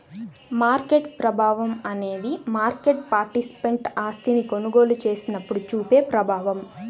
market ప్రభావం అనేది market participant ఆస్తిని కొనుగోలు చేసినప్పుడు చూపే ప్రభావం